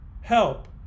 help